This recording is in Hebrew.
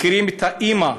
מכירים את האימא,